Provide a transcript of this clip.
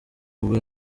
ubwo